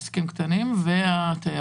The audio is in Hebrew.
עסקים קטנים ותיירות.